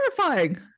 terrifying